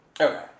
okay